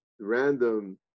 random